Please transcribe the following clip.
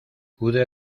pude